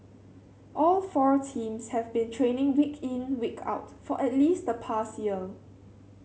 all four teams have been training week in week out for at least the past year